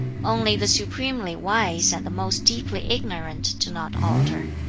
only the supremely wise and the most deeply ignorant do not alter.